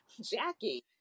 jackie